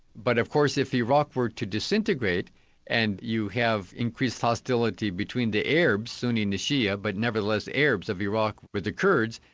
but of course if iraq were to disintegrate and you have increased hostility between the arabs sunni and shia, but nevertheless arabs of iraq with the kurds,